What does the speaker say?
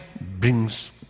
brings